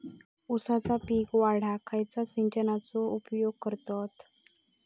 ऊसाचा पीक वाढाक खयच्या सिंचनाचो उपयोग करतत?